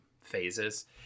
phases